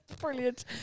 Brilliant